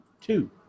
Two